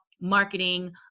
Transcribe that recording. marketing